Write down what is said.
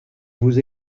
vous